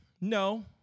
no